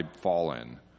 fallen